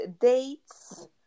dates